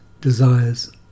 desires